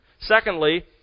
Secondly